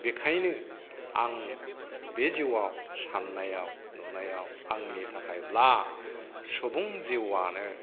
बिखायनो आं बे जिउआव साननायाव नुनायाव आंनि थाखायब्ला सुबुं जिउआनो